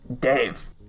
Dave